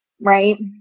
Right